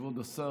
כבוד השר,